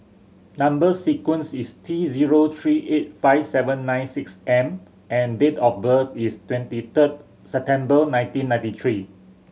number sequence is T zero three eight five seven nine six M and date of birth is twenty third September nineteen ninety three